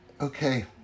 okay